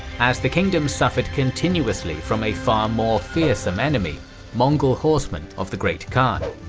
as the kingdom suffered continuously from a far more fearsome enemy mongol horsemen of the great khan.